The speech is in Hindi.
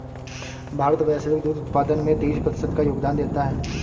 भारत वैश्विक दुग्ध उत्पादन में तेईस प्रतिशत का योगदान देता है